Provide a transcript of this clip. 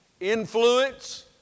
influence